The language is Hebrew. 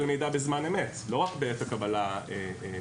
מידע בזמן אמת ולא רק בעת הקבלה לעבודה.